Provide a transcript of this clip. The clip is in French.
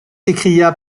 s’écria